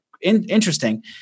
interesting